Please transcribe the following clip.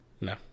No